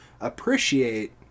appreciate